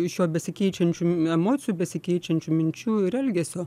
iš jo besikeičiančių emocijų besikeičiančių minčių ir elgesio